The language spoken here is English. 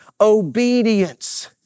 obedience